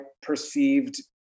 perceived